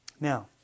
Now